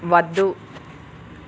వద్దు